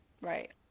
Right